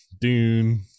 dune